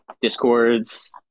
discords